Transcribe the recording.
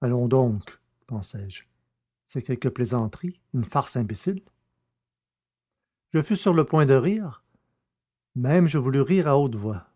allons donc pensai-je c'est quelque plaisanterie une farce imbécile je fus sur le point de rire même je voulus rire à haute voix